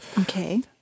Okay